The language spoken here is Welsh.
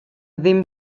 ddim